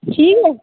ठीक ऐ